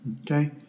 Okay